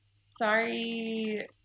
Sorry